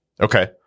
Okay